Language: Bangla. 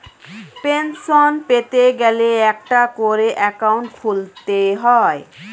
পেনশন পেতে গেলে একটা করে অ্যাকাউন্ট খুলতে হয়